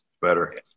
better